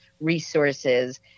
resources